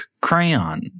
crayon